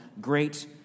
great